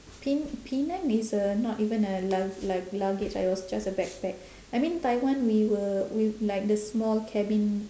pen~ penang it's a not even a lug~ lug~ luggage it was just a backpack I mean taiwan we were we like the small cabin